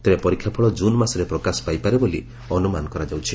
ତେବେ ପରୀକ୍ଷା ଫଳ କୁନ୍ ମାସରେ ପ୍ରକାଶ ପାଇପାରେ ବୋଲି ଅନୁମାନ କରାଯାଉଛି